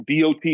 DOT